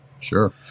sure